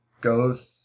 ghosts